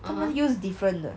他们 use different 的